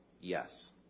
yes